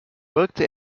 wirkte